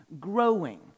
growing